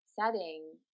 setting